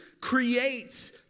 creates